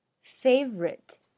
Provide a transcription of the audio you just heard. Favorite